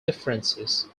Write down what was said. differences